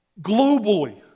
Globally